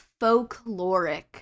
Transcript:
folkloric